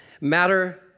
Matter